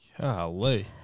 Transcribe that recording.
Golly